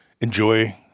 enjoy